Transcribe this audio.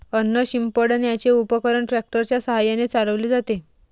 अन्न शिंपडण्याचे उपकरण ट्रॅक्टर च्या साहाय्याने चालवले जाते